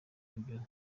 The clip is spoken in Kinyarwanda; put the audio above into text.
ibyo